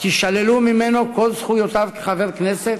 יישללו ממנו כל זכויותיו כחבר הכנסת,